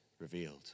revealed